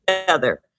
together